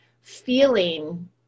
feeling